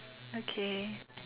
okay